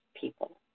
people